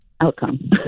outcome